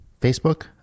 Facebook